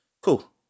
Cool